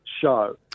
Show